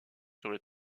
serait